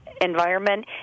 environment